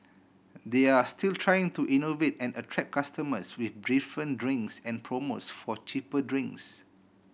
they're still trying to innovate and attract customers with different drinks and promos for cheaper drinks